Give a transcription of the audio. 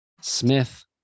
Smith